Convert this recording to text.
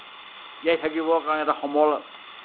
জীয়াই থাকিবৰ কাৰণে এটা সমল